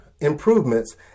improvements